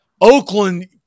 Oakland